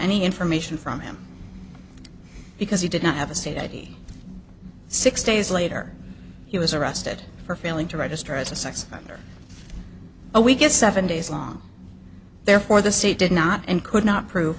any information from him because he did not have a state id six days later he was arrested for failing to register as a sex offender a we get seven days long therefore the state did not and could not prove